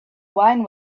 wine